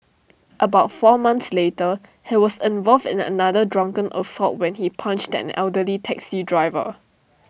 about four months later he was involved in another drunken assault when he punched an elderly taxi driver